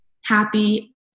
happy